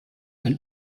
ein